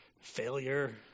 failure